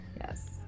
Yes